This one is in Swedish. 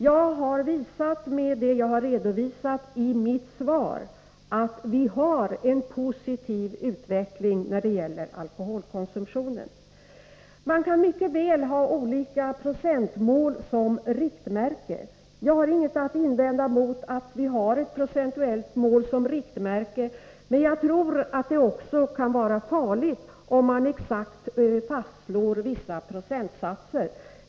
Jag har, med det jag redovisade i mitt svar, visat att vi har en positiv utveckling när det gäller alkoholkonsumtionen. Jag har inget att invända mot att vi har ett procentuellt mål som riktmärke, men jag tror att det också kan vara farligt, om man exakt fastslår vissa procentsatser.